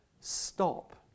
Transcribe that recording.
Stop